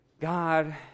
God